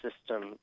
system